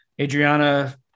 Adriana